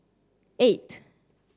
eight